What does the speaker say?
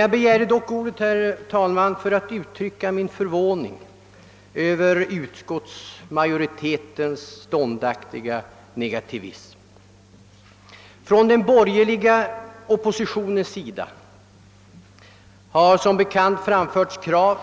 Jag begärde ordet, herr talman, för att uttrycka min förvåning över utskottsmajoritetens ständiga negativism. Från den borgerliga oppositionens sida har som bekant framförts krav